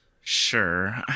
Sure